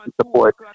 support